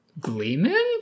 Gleeman